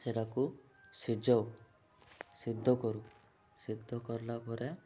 ସେଟାକୁ ସିଝାଉ ସିଧା କରୁ ସିଧା କଲା ପରେ